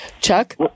Chuck